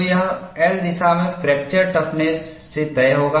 तो यह L दिशा में फ्रैक्चर टफनेस से तय होगा